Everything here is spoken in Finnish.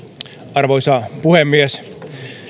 arvoisa puhemies